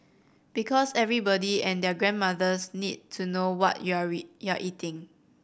because everybody and their grandmothers need to know what you're read you're eating